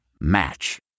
Match